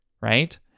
right